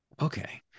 Okay